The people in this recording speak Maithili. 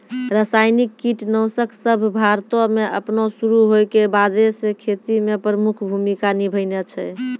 रसायनिक कीटनाशक सभ भारतो मे अपनो शुरू होय के बादे से खेती मे प्रमुख भूमिका निभैने छै